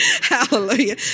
Hallelujah